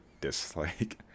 dislike